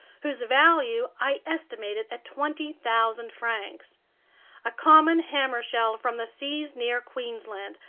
whose value i estimated at twenty thousand francs a common hammer shell from the seas near queensland,